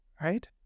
Right